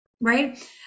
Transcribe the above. right